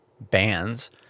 bands